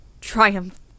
triumph